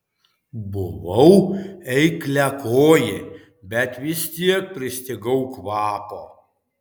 buvau eikliakojė bet vis tiek pristigau kvapo